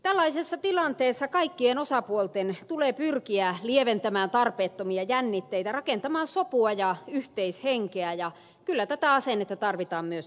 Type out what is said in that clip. tällaisessa tilanteessa kaikkien osapuolten tulee pyrkiä lieventämään tarpeettomia jännitteitä rakentamaan sopua ja yhteishenkeä ja kyllä tätä asennetta tarvitaan myös eduskunnassa